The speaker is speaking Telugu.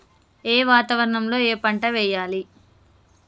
ఏ వాతావరణం లో ఏ పంట వెయ్యాలి?